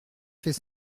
fait